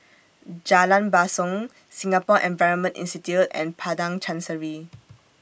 Jalan Basong Singapore Environment Institute and Padang Chancery